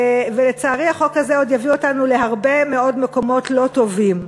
ולצערי החוק הזה עוד יביא אותנו להרבה מאוד מקומות לא טובים.